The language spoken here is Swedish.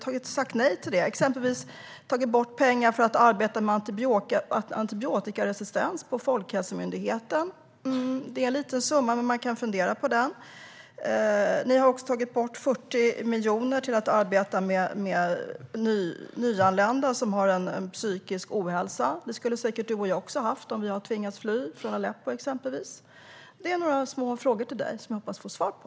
Ni har exempelvis tagit bort pengar för att arbeta med antibiotikaresistens på Folkhälsomyndigheten. Det är en liten summa, men man kan ändå fundera på den. Ni har också tagit bort 40 miljoner som har gått till att arbeta med nyanlända med psykisk ohälsa. Det skulle säkert du och jag också ha om vi hade tvingats fly från exempelvis Aleppo. Det här är några små frågor till dig, Cecilia Widegren, som jag hoppas få svar på.